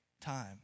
time